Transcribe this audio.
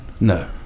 No